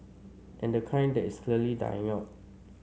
and the kind that is clearly dying out